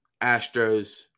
Astros